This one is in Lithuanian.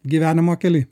gyvenimo kely